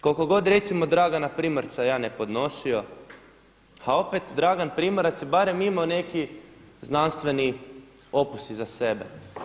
Koliko god recimo Dragana Primorca ja ne podnosio, a opet Dragan Primorac je barem imao neki znanstveni opus iza sebe.